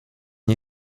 nie